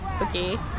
okay